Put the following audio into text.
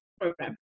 program